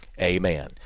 Amen